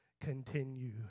continue